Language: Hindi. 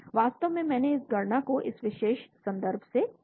वास्तव में मैंने इस गणना को इस विशेष संदर्भ से लिया है